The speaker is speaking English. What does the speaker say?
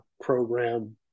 program